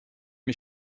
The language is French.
mes